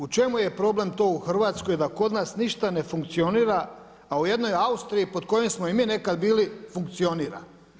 U čemu je problem to u Hrvatskoj da kod nas ništa ne funkcionira, a u jednoj Austriji pod kojom smo i nekad bili funkcionira?